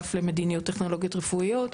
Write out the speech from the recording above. האגף למדיניות טכנולוגיות רפואיות,